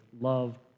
love